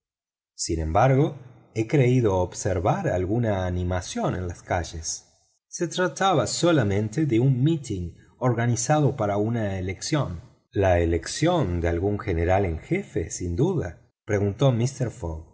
sin embargo he creído observar alguna animación en las calles se trataba solamente de un mitin organizado para una elección la elección de algún general en jefe sin duda preguntó mister fogg